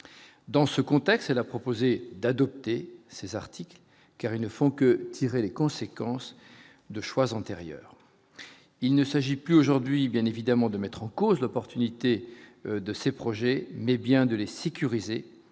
dans ce contexte, elle proposé d'adopter ces articles car ils ne font que tirer les conséquences de choix antérieur, il ne s'agit plus aujourd'hui bien évidemment de mettre en cause l'opportunité de ces projets, mais bien de laisser